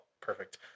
perfect